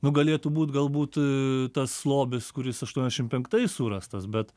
nu galėtų būt gal būt tas lobis kuris aštuondešim penktais surastas bet